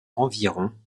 environ